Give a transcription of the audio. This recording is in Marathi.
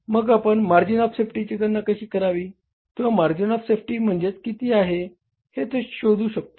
मग आपण मार्जिन ऑफ सेफ्टीची गणना कशी करावी किंवा मार्जिन ऑफ सेफ्टी म्हणजे किती आहे हे शोधू शकतो